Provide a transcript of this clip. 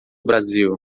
brasil